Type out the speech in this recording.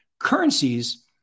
Currencies